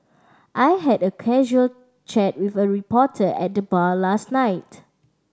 I had a casual chat with a reporter at the bar last night